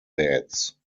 beds